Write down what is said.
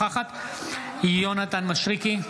אינה נוכחת יונתן מישרקי,